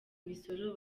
imisoro